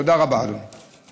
תודה רבה, אדוני.